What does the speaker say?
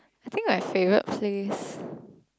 I think my favourite place